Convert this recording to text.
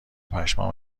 پشمام